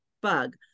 bug